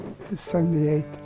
78